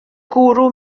gwrw